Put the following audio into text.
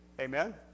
Amen